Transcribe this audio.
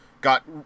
got